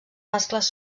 mascles